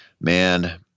man